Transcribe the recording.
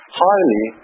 highly